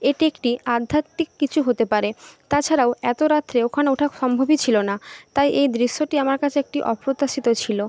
এটি একটি আধ্যাত্মিক কিছু হতে পারে তাছাড়াও এত রাত্রে ওখানে ওঠা সম্ভবই ছিল না তাই এই দৃশ্যটি আমার কাছে একটি অপ্রত্যাশিত ছিল